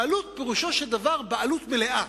בעלות, פירושו של דבר בעלות מלאה,